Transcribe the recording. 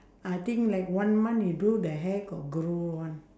I think like one month you do the hair got grow [one]